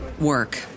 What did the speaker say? work